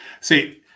See